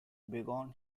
bighorn